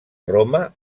roma